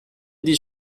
this